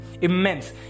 immense